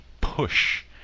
push